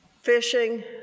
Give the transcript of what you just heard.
fishing